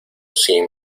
sin